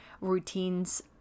routines